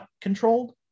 controlled